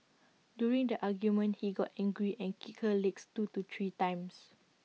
during the argument he got angry and kicked her legs two to three times